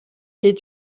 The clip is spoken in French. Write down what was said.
est